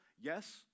yes